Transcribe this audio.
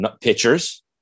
pitchers